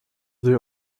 they